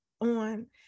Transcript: on